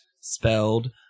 spelled